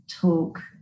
talk